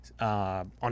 on